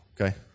okay